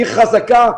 עיר חזקה,